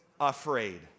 afraid